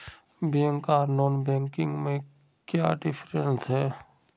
Bank आर non banking में क्याँ डिफरेंस है?